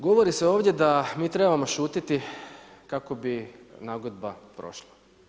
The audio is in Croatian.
Govori se ovdje da mi trebamo šutjeti kako bi nagodba prošla.